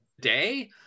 day